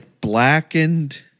blackened